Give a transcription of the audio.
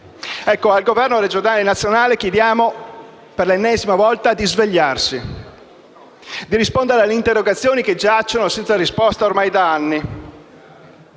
Veneto. Al governo regionale e nazionale chiediamo per l'ennesima volta di svegliarsi, di rispondere alle interrogazioni che giacciono senza risposta ormai da anni